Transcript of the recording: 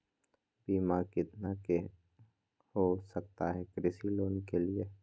बीमा कितना के हो सकता है कृषि लोन के लिए?